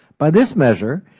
by this measure,